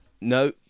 No